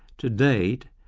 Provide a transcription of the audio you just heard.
to date,